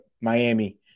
Miami